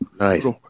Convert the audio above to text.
Nice